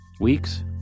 Weeks